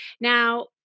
Now